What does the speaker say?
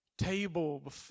table